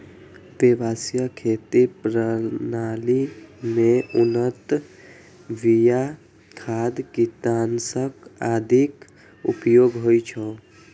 व्यावसायिक खेती प्रणाली मे उन्नत बिया, खाद, कीटनाशक आदिक उपयोग होइ छै